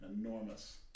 enormous